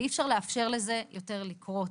ואי אפשר לאפשר לזה יותר לקרות.